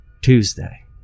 Tuesday